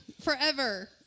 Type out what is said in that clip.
forever